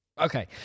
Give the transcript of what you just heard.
okay